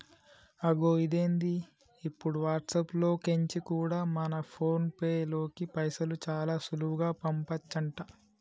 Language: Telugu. అగొ ఇదేంది ఇప్పుడు వాట్సాప్ లో కెంచి కూడా మన ఫోన్ పేలోకి పైసలు చాలా సులువుగా పంపచంట